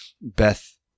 Beth